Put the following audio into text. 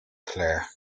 claire